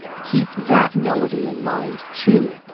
keep that melody in mind, too,